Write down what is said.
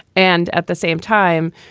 and at the same time,